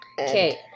Okay